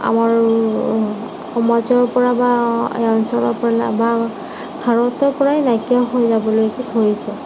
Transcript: সমাজৰপৰা বা অঞ্চলৰপৰা বা ভাৰতৰ পৰাই নাইকিয়া হৈ যাবলৈ ধৰিছে